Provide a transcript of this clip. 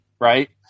right